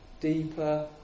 deeper